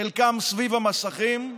חלקם סביב המסכים,